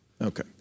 Okay